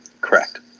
Correct